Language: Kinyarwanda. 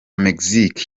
mexique